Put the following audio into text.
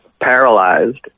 paralyzed